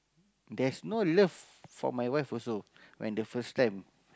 that's no love for my wife also when the first time